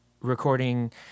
recording